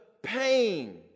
pain